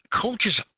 Coaches